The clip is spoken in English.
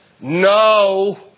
no